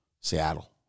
Seattle